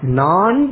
non